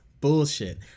bullshit